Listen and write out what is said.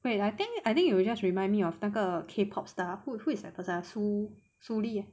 wait I think I think you will just remind me of 那个 K pop star who who is that person ah su~ sulli ah